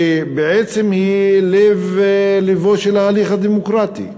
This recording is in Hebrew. שבעצם היא לב-לבו של ההליך הדמוקרטי.